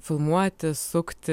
filmuoti sukti